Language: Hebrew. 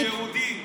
"נפש יהודי הומייה"?